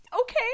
okay